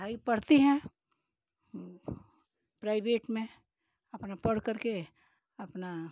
पढ़ाई पढ़ती हैं प्राइबेट में अपना पढ़ करके अपना